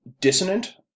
dissonant